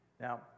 now